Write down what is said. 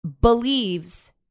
believes